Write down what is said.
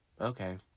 okay